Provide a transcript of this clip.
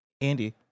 andy